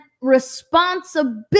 responsibility